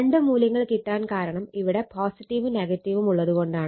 രണ്ട് മൂല്യങ്ങൾ കിട്ടാൻ കാരണം ഇവിടെ ഉം ഉം ഉള്ളത് കൊണ്ടാണ്